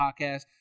Podcast